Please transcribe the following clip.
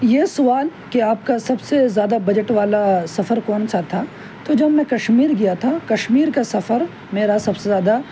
یہ سوال کہ آپ کا سب سے زیادہ بجٹ والا سفر کون سا تھا تو جب میں کشمیر گیا تھا كشمیر کا سفر میرا سفر سب سے زیادہ